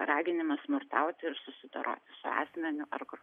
raginimą smurtauti ir susidoroti su asmeniu ar